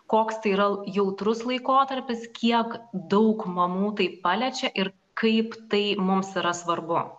koks tai yra l jautrus laikotarpis kiek daug mamų tai paliečia ir kaip tai mums yra svarbu